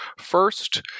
First